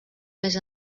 més